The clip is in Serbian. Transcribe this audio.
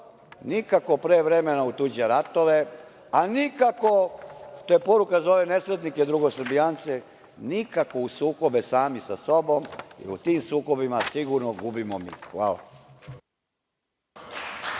nikako pre vremena u tuđe ratove, a nikako, to je poruka za ove nesretnike drugosrbijance, nikako u sukobe sami sa sobom, jer u tim sukobima sigurno gubimo mi. Hvala.